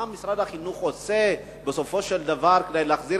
מה עושה משרד החינוך בסופו של דבר כדי להחזיר